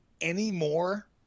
anymore